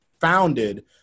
founded